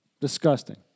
Disgusting